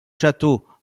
château